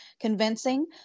convincing